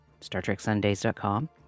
StarTrekSundays.com